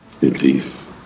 Belief